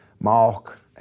Mark